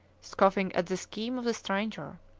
scoffing at the scheme of the stranger.